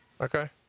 Okay